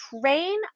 train